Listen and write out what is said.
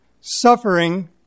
Suffering